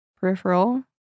Peripheral